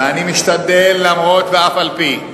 ואני משתדל, למרות ואף-על-פי,